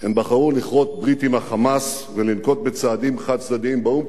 הם בחרו לכרות ברית עם ה"חמאס" ולנקוט צעדים חד-צדדיים באו"ם,